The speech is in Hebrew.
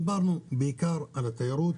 דיברנו בעיקר על תיירות.